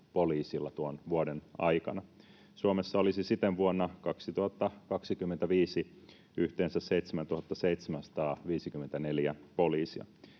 poliisilla tuon vuoden aikana. Suomessa olisi siten vuonna 2025 yhteensä 7 754 poliisia.